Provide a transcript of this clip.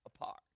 apart